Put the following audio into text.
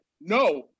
No